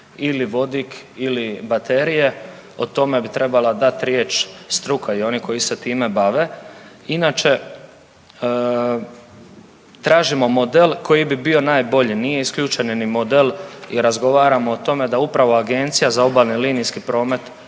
ili vodik ili baterije o tome bi trebala dat riječ struka i oni koji se time bave. Inače tražimo model koji bi bio najbolji, nije isključen ni model i razgovaramo o tome da upravo Agencija za obalni linijski promet